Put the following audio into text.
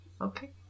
Okay